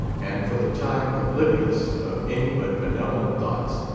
and for the time oblivious of any but benevolent thoughts,